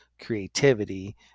creativity